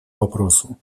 вопросу